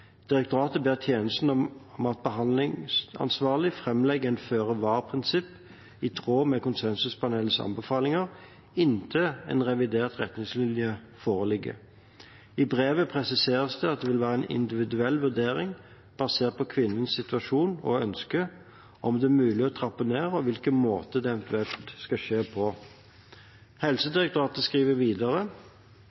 Direktoratet ber tjenestene om at behandlingsansvarlig framlegger føre-var-prinsippet i tråd med konsensuspanelets anbefalinger inntil en revidert retningslinje foreligger. I brevet presiseres det at det vil være en individuell vurdering basert på kvinnens situasjon og ønske om det er mulig å trappe ned, og på hvilken måte dette eventuelt skal skje.